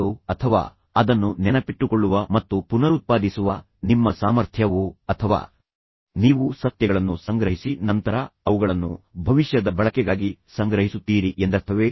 ಇದು ಕೇವಲ ಅದೊ ಅಥವಾ ಅದನ್ನು ನೆನಪಿಟ್ಟುಕೊಳ್ಳುವ ಮತ್ತು ಪುನರುತ್ಪಾದಿಸುವ ನಿಮ್ಮ ಸಾಮರ್ಥ್ಯವೋ ಅಥವಾ ನೀವು ಸತ್ಯಗಳನ್ನು ಸಂಗ್ರಹಿಸಿ ನಂತರ ಅವುಗಳನ್ನು ಭವಿಷ್ಯದ ಬಳಕೆಗಾಗಿ ಸಂಗ್ರಹಿಸುತ್ತೀರಿ ಎಂದರ್ಥವೇ